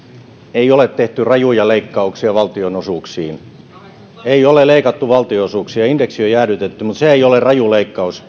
ei ole tehty rajuja leikkauksia valtionosuuksiin ei ole leikattu valtionosuuksia indeksi on jäädytetty mutta se ei ole raju leikkaus